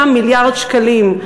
מיליארד שקלים.